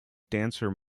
dancer